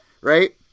right